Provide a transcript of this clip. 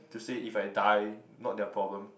to say if I die not their problem